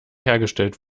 hergestellt